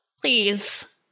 Please